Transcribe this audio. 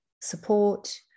support